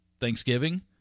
Thanksgiving